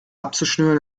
abzuschnüren